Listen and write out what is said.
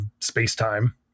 space-time